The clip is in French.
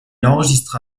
enregistra